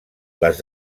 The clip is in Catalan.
les